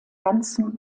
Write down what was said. ganzen